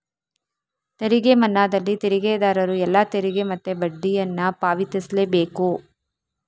ತೆರಿಗೆ ಮನ್ನಾದಲ್ಲಿ ತೆರಿಗೆದಾರರು ಎಲ್ಲಾ ತೆರಿಗೆ ಮತ್ತೆ ಬಡ್ಡಿಯನ್ನ ಪಾವತಿಸ್ಲೇ ಬೇಕು